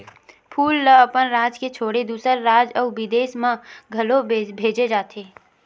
फूल ल अपन राज के छोड़े दूसर राज अउ बिदेस म घलो भेजे जाथे